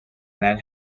that